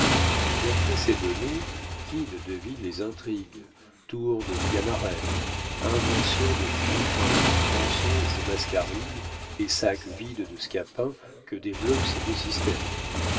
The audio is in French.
d'après ces données qui ne devine les intrigues tours de sganarelle inventions de frontin mensonges de mascarille et sacs vides de scapin que développent ces deux